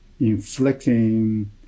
inflicting